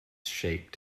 shape